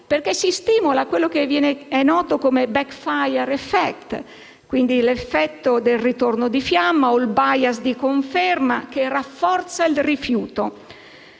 perché così si stimola quello che è noto come *backfire effect* cioè l'effetto del ritorno di fiamma o il *bias* di conferma che rafforza il rifiuto.